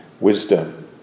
wisdom